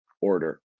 order